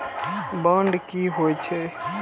Bond की होई छै?